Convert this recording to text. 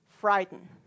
frightened